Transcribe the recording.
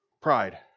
Pride